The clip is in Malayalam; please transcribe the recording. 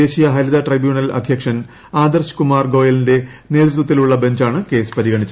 ദേശീയ ഹരിത ട്രിബ്യൂണൽ അധ്യക്ഷൻ ആദർശ് കുമാർ ഗോയലിന്റെ നേതൃത്വത്തിലുള്ള ബഞ്ചാണ് കേസ് പരിഗണിച്ചത്